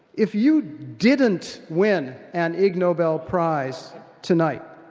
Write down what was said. if you didn't win an ig nobel prize tonight,